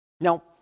Now